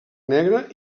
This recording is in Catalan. negra